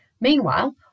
Meanwhile